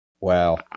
Wow